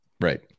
Right